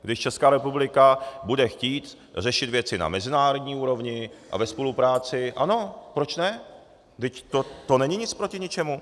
Když Česká republika bude chtít řešit věci na mezinárodní úrovni a ve spolupráci, ano, proč ne, vždyť to není nic proti ničemu.